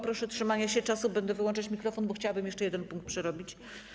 Proszę o trzymanie się czasu, będę wyłączać mikrofon, bo chciałabym jeszcze punkt przerobić.